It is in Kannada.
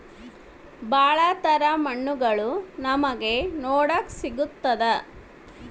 ಭಾಳ ತರ ಮಣ್ಣುಗಳು ನಮ್ಗೆ ನೋಡಕ್ ಸಿಗುತ್ತದೆ